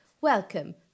Welcome